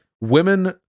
Women